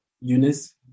Eunice